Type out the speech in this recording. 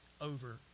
over